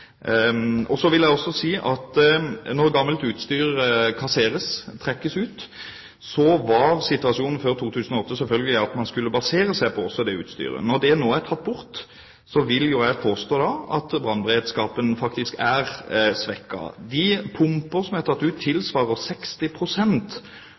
Så vil jeg også si at når gammelt utstyr kasseres, trekkes ut, var situasjonen før 2008 selvfølgelig den at man skulle basere seg på også det utstyret. Når det nå er tatt bort, vil jo jeg da påstå at brannberedskapen faktisk er svekket. De pumper som er tatt ut,